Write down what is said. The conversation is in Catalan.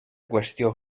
qüestió